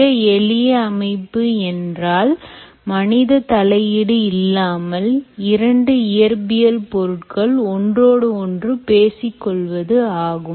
மிக எளிய அமைப்பு என்றால் மனித தலையீடு இல்லாமல் இரண்டு இயற்பியல் பொருட்கள் ஒன்றோடு ஒன்று பேசிக்கொள்வது ஆகும்